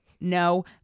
No